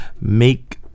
make